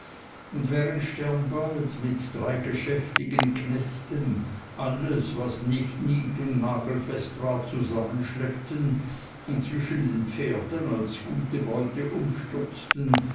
und während sternbald mit drei geschäftigen knechten alles was nicht niet und nagelfest war zusammenschleppten und zwischen den pferden als gute beute umstürzten